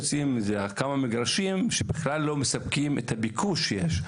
יוצאים כמה מגרשים שבכלל לא מספקים את הביקוש שיש.